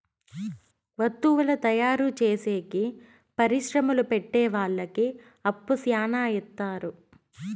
వత్తువుల తయారు చేసేకి పరిశ్రమలు పెట్టె వాళ్ళకి అప్పు శ్యానా ఇత్తారు